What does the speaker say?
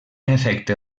efecte